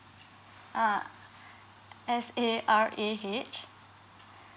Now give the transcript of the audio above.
ah S A R A H